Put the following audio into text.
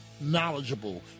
knowledgeable